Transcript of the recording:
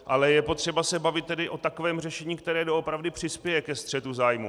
Ale je potřeba se bavit tedy o takovém řešení, které doopravdy přispěje ke střetu zájmů.